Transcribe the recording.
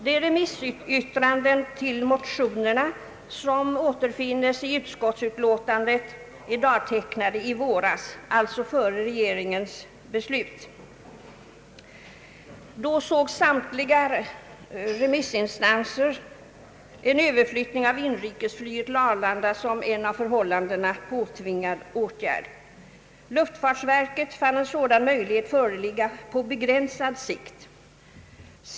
De remissyttranden till motionerna som återfinnes i utskottets utlåtande är dagtecknade i våras, alltså före regeringens beslut. Samtliga remissinstanser såg en överflyttning av inrikesflyget till Arlanda som en av förhållandena påtvingad åtgärd. Luftfartsverket fann en sådan möjlighet föreligga på begränsad sikt.